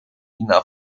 ina